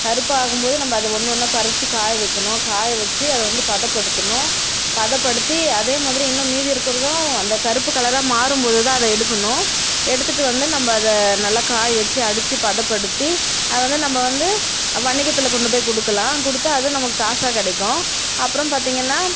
கருப்பாகும்போது நம்ம அதை ஒன்று ஒன்றா பறித்து காய வைக்கணும் காய வச்சு அதை வந்து பதப்படுத்தணும் பதப்படுத்தி அதே மாதிரி இன்னும் மீதி இருக்கிறதும் அந்த கருப்பு கலராக மாறும்போதுதான் அதை எடுக்கணும் எடுத்துட்டு வந்து நம்ம அதை நல்லா காய வச்சு அடித்து பதப்படுத்தி அதை வந்து நம்ம வந்து வணிகத்தில் கொண்டு போய் கொடுக்கலாம் கொடுத்தா அது நமக்கு காசாக கிடைக்கும் அப்புறம் பார்த்தீங்கன்னா